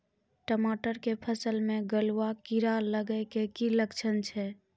टमाटर के फसल मे गलुआ कीड़ा लगे के की लक्छण छै